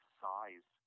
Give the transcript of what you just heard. size